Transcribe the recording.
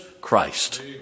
Christ